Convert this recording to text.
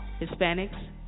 Hispanics